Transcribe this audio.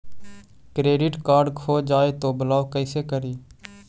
Credit card खो जाए तो ब्लॉक कैसे करी?